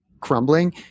crumbling